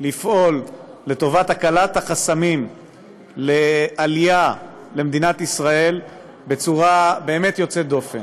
לפעול לטובת הקלת החסמים לעלייה למדינת ישראל בצורה באמת יוצאת דופן,